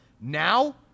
Now